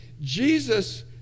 Jesus